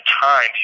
Times